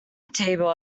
table